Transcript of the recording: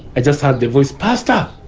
i just heard the voice, pastor!